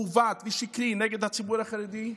מעוות ושקרי נגד הציבור החרדי,